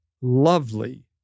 lovely